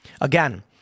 Again